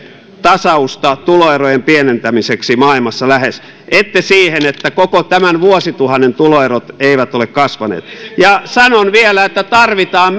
tasausta tuloerojen pienentämiseksi maailmassa ette siitä että koko tämän vuosituhannen tuloerot eivät ole kasvaneet ja sanon vielä että tarvitaan